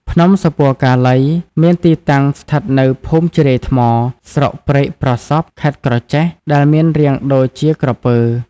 ភ្នំសុពណ៌កាលី មានទីតាំងស្ថិតនៅ ភូមិជ្រោយថ្ម ស្រុកព្រែកប្រសប់ ខេត្តក្រចេះ ដែលមានរាងដូចជាក្រពើ ។